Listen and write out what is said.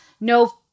no